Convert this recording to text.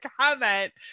comment